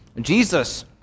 Jesus